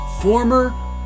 former